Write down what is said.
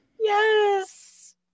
Yes